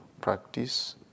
practice